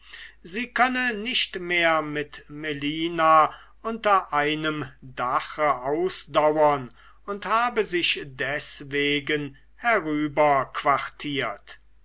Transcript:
sie könne nicht mehr mit melina unter einem dache ausdauern und habe sich deswegen